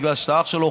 בגלל שאתה אח שלו,